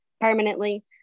permanently